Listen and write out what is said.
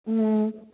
ꯎꯝ